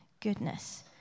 goodness